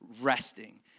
resting